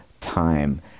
time